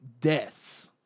deaths